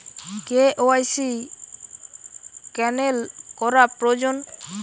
KYC cancel করা প্রয়োজন?